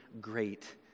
great